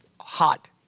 hot